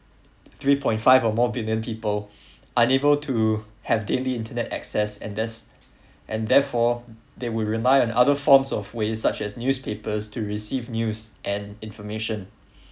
three point five or more billion people unable to have daily internet access and there's and therefore they will rely on other forms of ways such as newspapers to receive news and information